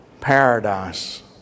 paradise